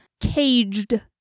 caged